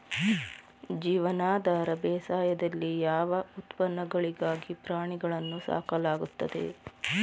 ಜೀವನಾಧಾರ ಬೇಸಾಯದಲ್ಲಿ ಯಾವ ಉತ್ಪನ್ನಗಳಿಗಾಗಿ ಪ್ರಾಣಿಗಳನ್ನು ಸಾಕಲಾಗುತ್ತದೆ?